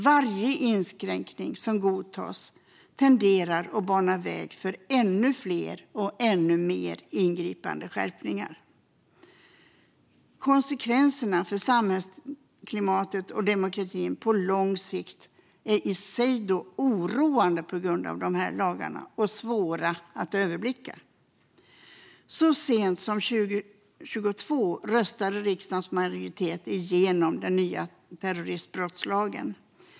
Varje inskränkning som godtas tenderar att bana väg för ännu fler och ännu mer ingripande skärpningar. Konsekvenserna för samhällsklimatet och demokratin på lång sikt av dessa lagar är i sig oroande och svåra att överblicka. Så sent som 2022 röstade riksdagens majoritet igenom den nya terroristbrottslagen.